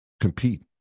compete